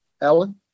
alan